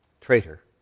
Traitor